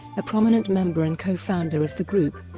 a prominent member and co-founder of the group.